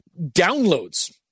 downloads